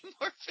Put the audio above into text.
more